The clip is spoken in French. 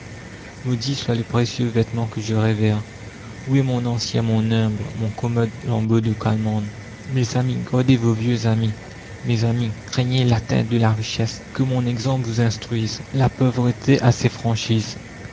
maudit soit le précieux vêtement que je révère où est mon ancien mon humble mon commode lambeau de calemande mes amis gardez vos vieux amis mes amis craignez l'atteinte de la richesse que mon exemple vous instruise la pauvreté a ses franchises